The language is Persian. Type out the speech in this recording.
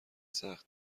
سخت